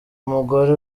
umugore